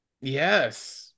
Yes